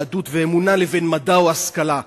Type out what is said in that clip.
יהדות ואמונה לבין מדע או השכלה,